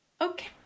Okay